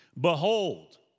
Behold